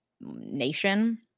nation